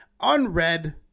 unread